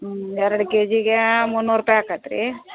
ಹ್ಞೂ ಎರಡು ಕೆ ಜಿಗೆ ಮುನ್ನೂರು ರೂಪಾಯಿ ಆಗತ್ ರೀ